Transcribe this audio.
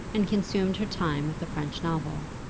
and consumed her time with a french novel.